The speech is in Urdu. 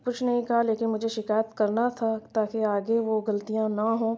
کچھ نہیں کہا لیکن مجھے شکایت کرنا تھا تاکہ آگے وہ غلطیاں نہ ہوں